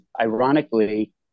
ironically